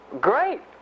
Great